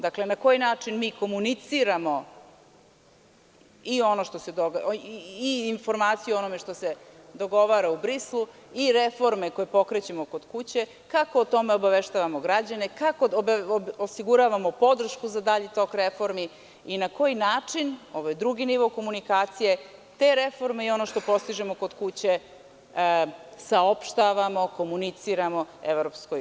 Dakle, na koji način mi komuniciramo i informacije o onome što se dogovara u Briselu i reforme koje pokrećemo kod kuće, kako o tome obaveštavamo građane, kako osiguravamo podršku za dalji tok reformi i na koji način, ovo je drugi nivo komunikacije, te reforme i ono što postižemo kod kuće saopštavamo, komuniciramo EU.